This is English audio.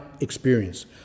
experience